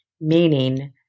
meaning